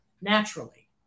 naturally